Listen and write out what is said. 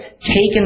taken